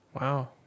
Wow